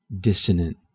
dissonant